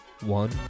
one